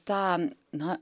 tą na